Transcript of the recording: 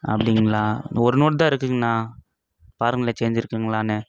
அப்படிங்ளா இந்த ஒரு நோட்டு தான் இருக்குதுங்ணா பாருங்களேன் சேஞ்ச் இருக்குதுங்ளானு